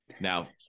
Now